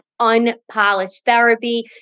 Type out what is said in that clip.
unpolishedtherapy